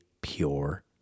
pure